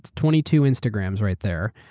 twenty two instagrams right there.